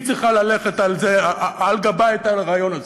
היא צריכה לשאת על גבה את הרעיון הזה,